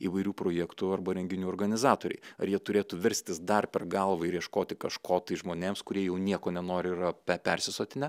įvairių projektų arba renginių organizatoriai ar jie turėtų verstis dar per galvą ir ieškoti kažko tai žmonėms kurie jau nieko nenori ir yra pe persisotinę